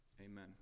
amen